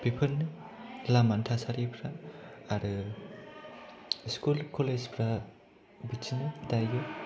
बेफोरनो लामानि थासारिफ्रा आरो स्कुल कलेजफ्रा बिदिनो दायो